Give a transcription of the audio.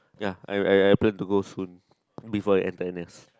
ya I I plan to go soon before I enter n_s